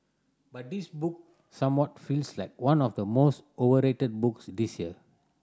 but this book somewhat feels like one of the most overrated books this year